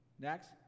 next